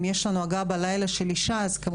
אם יש לנו בלילה הגעה של אישה, כמובן יהיה צוות.